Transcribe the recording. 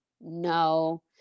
no